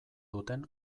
duten